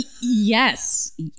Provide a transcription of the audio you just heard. Yes